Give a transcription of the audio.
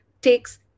takes